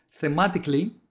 thematically